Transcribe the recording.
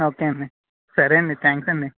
okay అండి సరే అండి థ్యాంక్స్ అండి